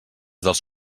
dels